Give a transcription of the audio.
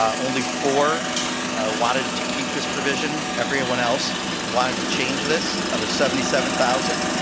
ah only four ah wanted to keep this provision. everyone else wanted to change this out of seventy seven thousand.